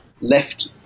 left